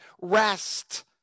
Rest